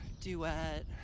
duet